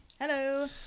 Hello